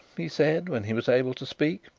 he said, when he was able to speak.